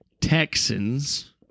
Texans